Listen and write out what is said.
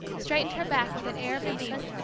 straightened her back with an air of relief,